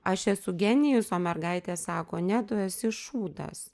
aš esu genijus o mergaitė sako ne tu esi šūdas